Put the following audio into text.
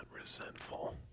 resentful